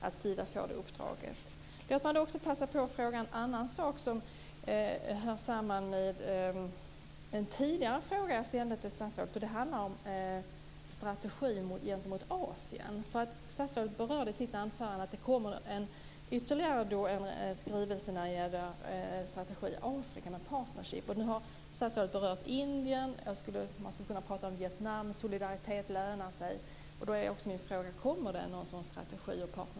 Låt mig också passa på att fråga om en annan sak som hör samman med en tidigare fråga som jag ställde till statsrådet. Det handlar om strategi för Asien. Statsrådet berörde i sitt anförande att det kommer ytterligare en skrivelse när det gäller strategi för Afrika om partnerskap. Nu har statsrådet berört Indien. Man skulle kunna tala om Vietnam. Solidaritet lönar sig. Min fråga är: Kommer det någon liknande partnerskapsstrategi för Asien?